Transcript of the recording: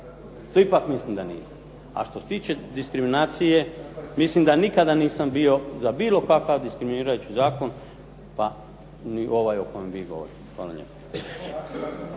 To ipak mislim da niste. A što se tiče diskriminacije, mislim da nikada nisam bio za bilo kakav diskriminirajući zakon, pa ni ovaj o kojem vi govorite. Hvala lijepa.